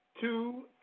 two